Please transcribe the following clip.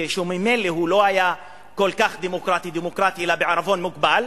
שממילא לא היה כל כך דמוקרטי, אלא בעירבון מוגבל,